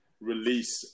release